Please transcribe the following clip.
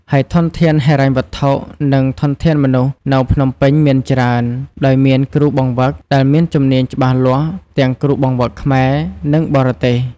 ហើយធនធានហិរញ្ញវត្ថុ និងធនធានមនុស្សនៅភ្នំពេញមានច្រើន ដោយមាន គ្រូបង្វឹក ដែលមានជំនាញច្បាស់លាស់ ទាំងគ្រូបង្វឹកខ្មែរ និងបរទេស។